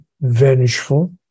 vengeful